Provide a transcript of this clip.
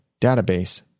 database